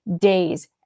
days